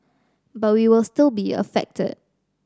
but we will still be affected